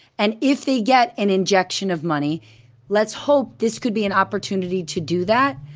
and if they get an injection of money let's hope this could be an opportunity to do that.